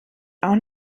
auch